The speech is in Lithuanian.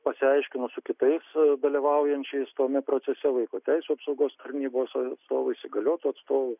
pasiaiškinu su kitais dalyvaujančiais tame procese vaiko teisių apsaugos tarnybos atstovais įgaliotų atstovų